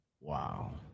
Wow